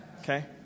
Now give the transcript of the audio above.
Okay